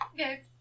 Okay